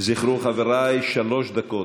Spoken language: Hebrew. זכרו, חבריי, שלוש דקות.